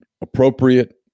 appropriate